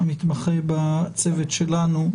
המתמחה בצוות שלנו,